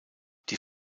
die